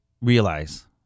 realize